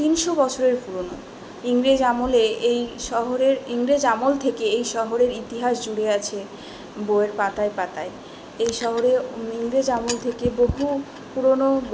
তিনশো বছরের পুরনো ইংরেজ আমলে এই শহরের ইংরেজ আমল থেকে এই শহরের ইতিহাস জুড়ে আছে বইয়ের পাতায় পাতায় এই শহরে ইংরেজ আমল থেকে বহু পুরনো